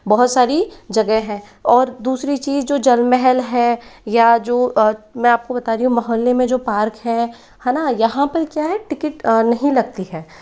बहुत सारी जगह हैं और दूसरी चीज़ जो जल महल है या जो मैं आपको बता रही हूँ मोहल्ले में जो पार्क है है ना यहाँ पे क्या है टिकट नहीं लगती है